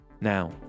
Now